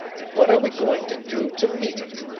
and what are we goin' to do to meet it?